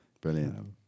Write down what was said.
brilliant